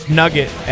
nugget